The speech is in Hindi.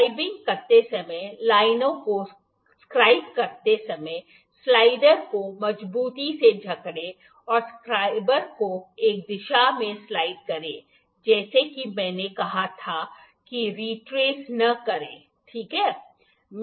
स्क्राइबिंग करते समय लाइनों को स्क्राइब करते समय स्लाइडर को मजबूती से जकड़ें और स्क्राइबर को एक दिशा में स्लाइड करें जैसा कि मैंने कहा था कि रिट्रेस न करें ठीक है